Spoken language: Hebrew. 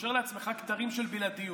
קושר לעצמך כתרים של בלעדיות.